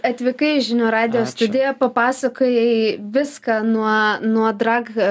atvykai į žinių radijo studiją papasakojai viską nuo nuo drag